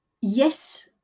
yes